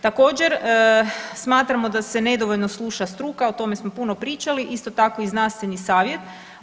Također smatramo da se nedovoljno sluša struka, o tome smo puno pričali, isto tako i Znanstveni savjet.